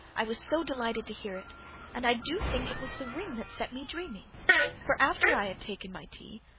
i was so delighted to hear it and i do think it was the ring that set me dreaming for, after i had taken my tea,